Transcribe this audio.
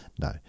No